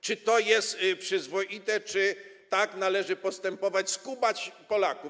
Czy to jest przyzwoite, czy tak należy postępować - skubać Polaków?